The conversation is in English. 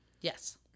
Yes